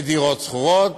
בדירות שכורות,